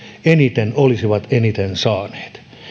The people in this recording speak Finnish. eniten olisivat eniten saaneet